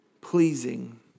pleasing